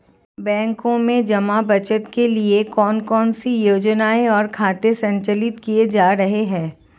बैंकों में जमा बचत के लिए कौन कौन सी योजनाएं और खाते संचालित किए जा रहे हैं?